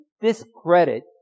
discredit